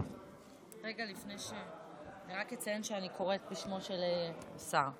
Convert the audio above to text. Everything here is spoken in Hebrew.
אני רק אציין שאני קוראת בשמו של השר.